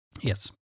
Yes